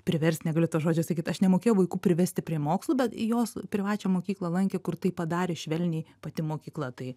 priverst negaliu to žodžio sakyt aš nemokėjau vaikų privesti prie mokslų bet jos privačią mokyklą lankė kur tai padarė švelniai pati mokykla tai